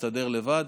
תסתדר לבד.